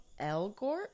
Elgort